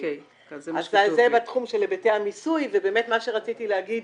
אז זה בתחום של היבטי המיסוי ובאמת מה שרציתי להגיד,